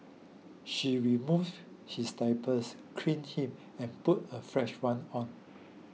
she removes his diapers clean him and puts a fresh one on